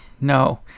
No